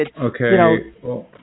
Okay